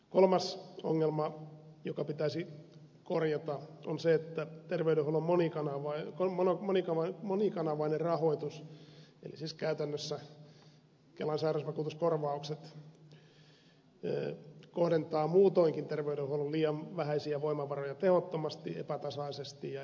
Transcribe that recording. kolmas ongelma joka pitäisi korjata on se että terveydenhuollon monikanavainen rahoitus eli siis käytännössä kelan sairausvakuutuskorvaukset kohdentaa muutoinkin terveydenhuollon liian vähäisiä voimavaroja tehottomasti epätasaisesti ja epäoikeudenmukaisesti